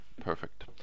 Perfect